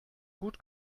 gut